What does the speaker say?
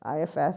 IFS